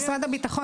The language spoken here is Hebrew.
משרד הביטחון